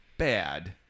bad